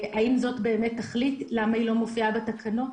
אם זאת באמת תכלית, למה היא לא מופיעה בתקנות?